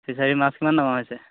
fishery মাছ কিমান নমা হৈছে